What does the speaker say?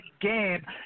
game